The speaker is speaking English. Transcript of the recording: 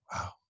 wow